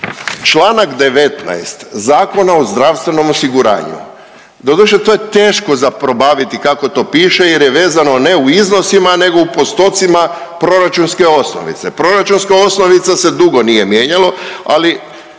Članak 19. Zakona o zdravstvenom osiguranju, doduše to je teško za probaviti kako to piše jer je vezano ne u iznosima nego u postocima proračunske osnovice. Proračunska osnovica se dugo nije mijenjalo ali